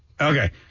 Okay